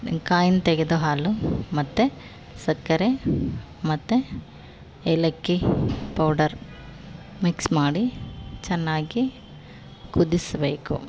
ಕಾಯಿಂದ ತೆಗೆದ ಹಾಲು ಮತ್ತು ಸಕ್ಕರೆ ಮತ್ತು ಏಲಕ್ಕಿ ಪೌಡರ್ ಮಿಕ್ಸ್ ಮಾಡಿ ಚೆನ್ನಾಗಿ ಕುದಿಸಬೇಕು